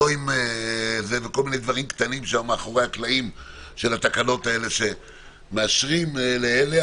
ולא כל מיני דברים מאחורי הקלעים שמאשרים לאלה,